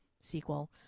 sequel